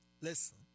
Listen